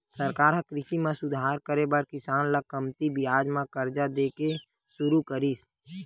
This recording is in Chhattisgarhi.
सरकार ह कृषि म सुधार करे बर किसान ल कमती बियाज म करजा दे के सुरू करिस